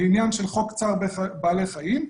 לעניין של חוק צער בעלי חיים.